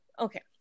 Okay